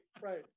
right